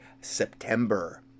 September